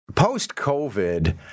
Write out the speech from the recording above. Post-COVID